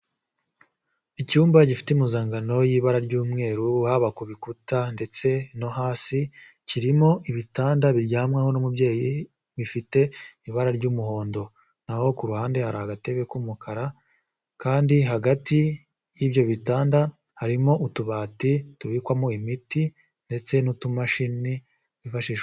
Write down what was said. Icyumba gifite impozangano y'ibara ry'umweru, haba ku bikuta ndetse no hasi, kirimo ibitanda biryamwaho n'umubyeyi bifite ibara ry'umuhondo, na ho ku ruhande hari agatebe k'umukara kandi hagati y'ibyo bitanda harimo utubati tubikwamo imiti ndetse n'utumashini twifashishwa.